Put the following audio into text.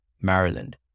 Maryland